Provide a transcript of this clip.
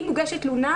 אם מוגשת תלונה,